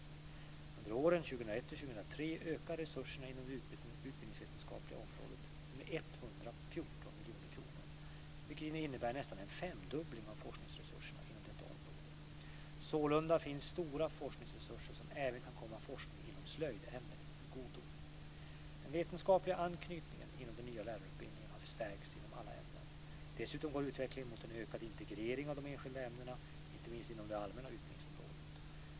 Under åren 2001-2003 ökar resurserna inom det utbildningsvetenskapliga området med 114 miljoner kronor, vilket innebär nästan en femdubbling av forskningsresurserna inom detta område. Sålunda finns det stora forskningsresurser som även kan komma forskning inom slöjdämnet till godo. Den vetenskapliga anknytningen inom den nya lärarutbildningen har stärkts inom alla ämnen. Dessutom går utvecklingen mot en ökad integrering av de enskilda ämnena, inte minst inom det allmänna utbildningsområdet.